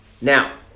Now